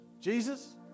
Jesus